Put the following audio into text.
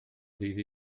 ddydd